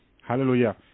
Hallelujah